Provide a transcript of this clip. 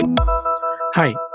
Hi